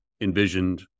envisioned